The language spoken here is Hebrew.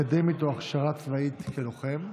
אקדמית או הכשרה צבאית כלוחם),